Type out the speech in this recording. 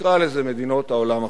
נקרא לזה מדינות העולם החופשי.